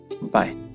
Bye